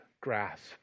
grasp